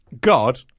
God